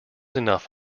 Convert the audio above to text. enough